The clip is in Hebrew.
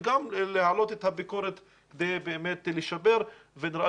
וגם להעלות את הביקורת ובאמת לשפר ונראה